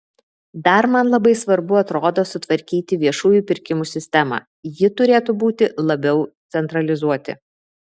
dar man labai svarbu atrodo sutvarkyti viešųjų pirkimų sistemą ji turėtų būti labiau centralizuoti